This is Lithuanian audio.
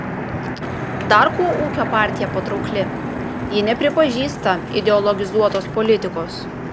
dar kuo ūkio partija patraukli ji nepripažįsta ideologizuotos politikos